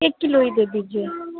ایک کلو ہی دے دیجیے